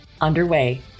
underway